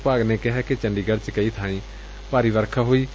ਵਿਭਾਗ ਨੇ ਕਿਹੈ ਕਿ ਚੰਡੀਗੜ੍ਪ ਚ ਕਈ ਥਾਈਂ ਭਾਰੀ ਵਰਖਾ ਹੋਈ ਏ